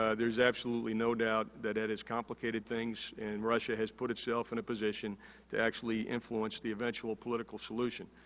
ah there's absolutely no doubt that that has complicated things and russia has put itself in a position to actually influence the eventual political solution.